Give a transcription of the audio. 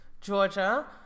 Georgia